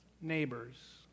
neighbors